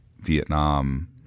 Vietnam